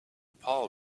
paul